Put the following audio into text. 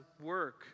work